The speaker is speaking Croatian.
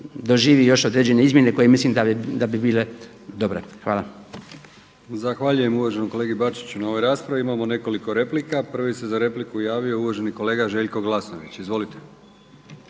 doživi još određene izmjene koje mislim da bi bile dobre. Hvala. **Brkić, Milijan (HDZ)** Zahvaljujem uvaženom kolegi Bačiću na ovoj raspravi. Imamo nekoliko replika. Prvi se za repliku javio uvaženi kolega Željko Glasnović. Izvolite.